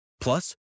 Plus